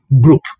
group